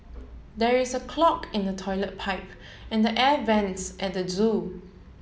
there is a clog in the toilet pipe and the air vents at the zoo